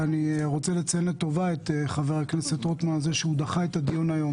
ואני רוצה לציין לטובה את חה"כ רוטמן על זה שהוא דחה את הדיון היום